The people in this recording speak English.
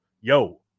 yo